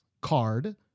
Card